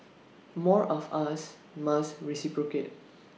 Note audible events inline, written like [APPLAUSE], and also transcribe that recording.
[NOISE] more of us must reciprocate